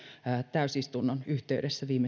täysistunnon yhteydessä viime